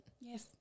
Yes